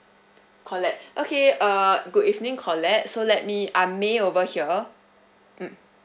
colette okay uh good evening colette so let me I'm may over here mm